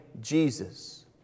Jesus